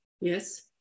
yes